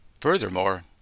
Furthermore